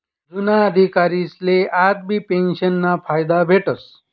जुना अधिकारीसले आजबी पेंशनना फायदा भेटस